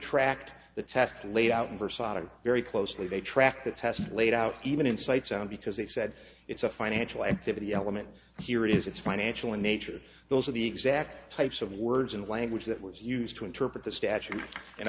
tracked the test laid out in versace very closely they tracked the test laid out even in sight sound because they said it's a financial activity element here is it's financial in nature those are the exact types of words and language that was used to interpret the statutes and